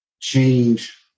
change